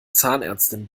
zahnärztin